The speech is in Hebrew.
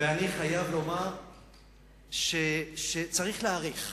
ואני חייב לומר שצריך להעריך